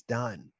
done